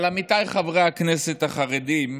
אבל עמיתיי חברי הכנסת החרדים,